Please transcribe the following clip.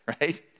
right